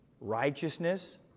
righteousness